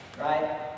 right